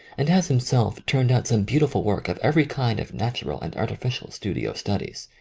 and has himself turned out some beautiful work of every kind of natural and artificial studio studies.